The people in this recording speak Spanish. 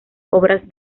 obras